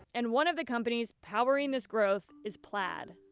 and one of the companies powering this growth is plaid.